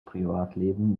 privatleben